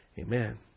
Amen